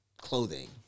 clothing